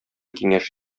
киңәш